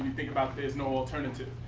think about there's no alternative.